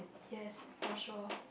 yes for sure